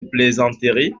plaisanteries